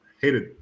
hated